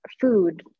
food